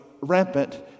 rampant